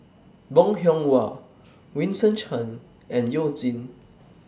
Bong Hiong Hwa Vincent Cheng and YOU Jin